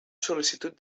sol·licitud